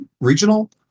Regional